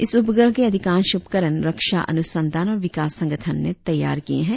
इस उपग्रह के अधिकांश उपकरण रक्षा अनुसंधान और विकास संगठन ने तैयार किए हैं